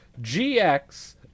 GX